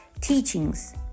teachings